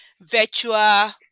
virtual